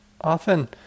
often